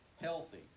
healthy